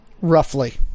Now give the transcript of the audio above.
Roughly